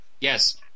Yes